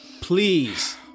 please